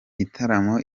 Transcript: gitaramo